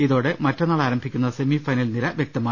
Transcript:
ഇതോടെ മറ്റന്നാൾ ആരംഭിക്കുന്ന സെമി ഫൈനൽ നിര വ്യക്തമായി